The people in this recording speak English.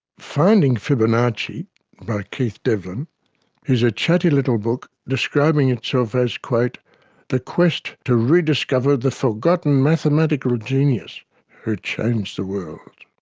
finding fibonacci by keith devlin is a chatty little book describing itself as the quest to rediscover the forgotten mathematical genius who changed the world.